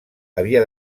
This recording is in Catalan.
havia